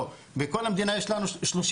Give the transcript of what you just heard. בכל המדינה יש לנו 37